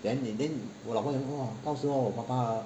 then they then 我老婆讲说到时候我爸爸 uh